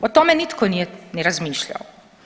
O tome nitko nije ni razmišljao.